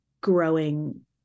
growing